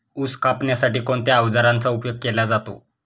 ऊस कापण्यासाठी कोणत्या अवजारांचा उपयोग केला जातो?